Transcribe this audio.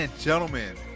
Gentlemen